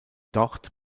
dort